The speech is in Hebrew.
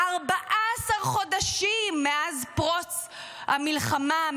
14 חודשים מאז פרוץ המלחמה,